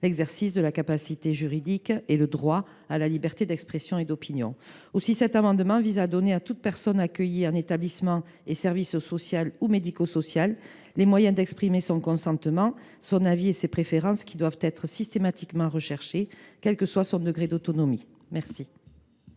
l’exercice de la capacité juridique et, d’autre part, assurer le respect de la liberté d’expression et d’opinion. Aussi, cet amendement vise à donner à toute personne accueillie en établissement ou service social ou médico social les moyens d’exprimer son consentement, son avis et ses préférences, lesquels doivent être systématiquement recherchés quel que soit son degré d’autonomie. Quel